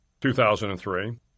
2003